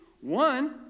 One